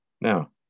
Now